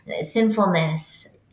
sinfulness